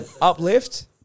uplift